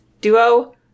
duo